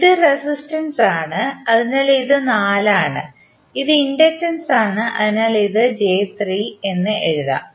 ഇത് റെസിസ്റ്റൻസ് ആണ് അതിനാൽ ഇത് 4 ആണ് ഇത് ഇൻഡക്റ്റൻസാണ് അതിനാൽ നിങ്ങൾക്ക് j3 എന്ന് എഴുതാം